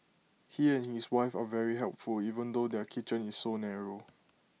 he and his wife are very helpful even though their kitchen is so narrow